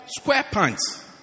SquarePants